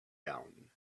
gown